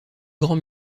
grands